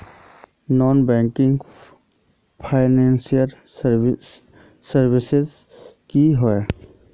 Non banking financial services की होय?